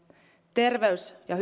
terveys ja